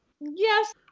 Yes